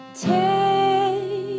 Take